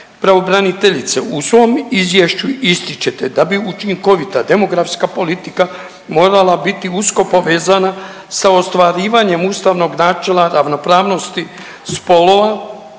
Pravobraniteljice, u svom Izvješću ističete da bi učinkovita demografska politika morala biti usko povezana sa ostvarivanjem ustavnog načela ravnopravnosti spolova